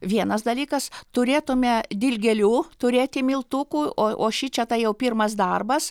vienas dalykas turėtume dilgėlių turėti miltukų o o šičia tai jau pirmas darbas